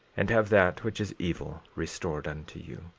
and have that which is evil restored unto you.